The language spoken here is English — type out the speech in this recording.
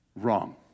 wrong